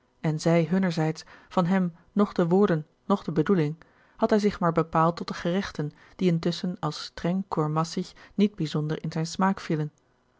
opmerkingen en zij hunnerzijds van hem noch de woorden noch de bedoeling had hij zich maar bepaald tot de gerechten die intusschen als streng kurmassig niet bijzonder in zijn smaak vielen